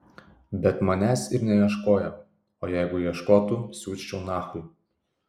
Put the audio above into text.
bet manęs ir neieškojo o jeigu ieškotų siųsčiau nachui